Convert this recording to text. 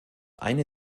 eine